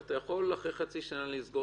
אתה יכול אחרי חצי שנה לסגור את התיק ונגמר.